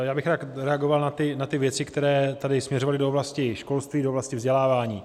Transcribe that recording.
Já bych rád reagoval na ty věci, které tady směřovaly do oblasti školství, do oblasti vzdělávání.